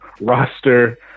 roster